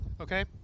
okay